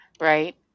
right